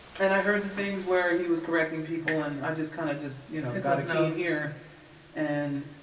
and i heard the things where he was correcting people and i just kind of just to gotta go here and